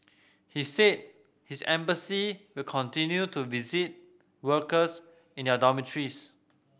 he said his embassy will continue to visit workers in their dormitories